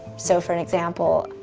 so for an example,